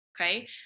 okay